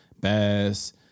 Bass